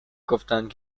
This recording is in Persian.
گفتند